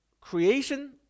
creation